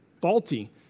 faulty